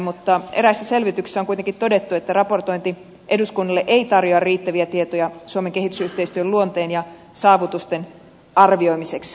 mutta eräissä selvityksissä on kuitenkin todettu että raportointi eduskunnalle ei tarjoa riittäviä tietoja suomen kehitysyhteistyön luonteen ja saavutusten arvioimiseksi